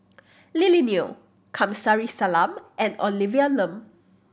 Lily Neo Kamsari Salam and Olivia Lum